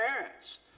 parents